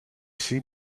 sea